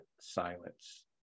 silence